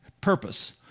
purpose